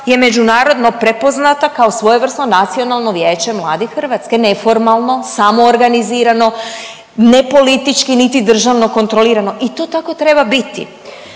je međunarodno prepoznata kao svojevrsno nacionalno vijeće mladih Hrvatske, neformalno, samoorganizirano, nepolitički niti državno kontrolirano i to tako treba biti.